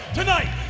tonight